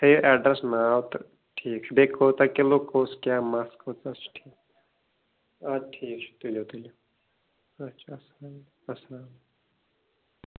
تھٲیِو ایٚڈرَس ناو تہٕ ٹھیٖک چھُ بیٚیہِ کوٗتاہ کِلوٗ کُس کیٛاہ مَژھ کۭژاہ چھُ ٹھیٖک اَدٕ ٹھیٖک چھُ تُلِو تُلِو اچھا السلام علیکُم السلام علیکُم